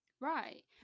Right